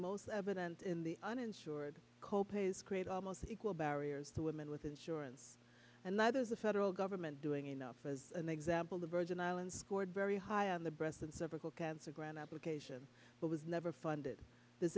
most evident in the uninsured co pays create almost equal barriers to women with insurance and that is the federal government doing enough as an example the virgin islands scored very high on the breast and cervical cancer grant application but was never funded